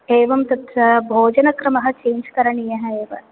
एवं तत्र भोजनक्रमः चेञ्ज् करणीयः एव